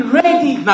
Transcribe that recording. ready